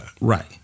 Right